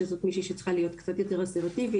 שזו מישהי שצריכה להיות קצת יותר אסרטיבית,